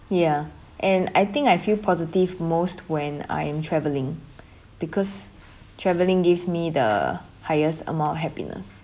ya and I think I feel positive most when I am traveling because traveling gives me the highest amount of happiness